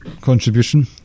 contribution